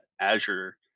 Azure